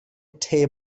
tei